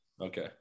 okay